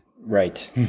right